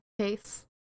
case